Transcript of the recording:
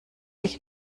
ich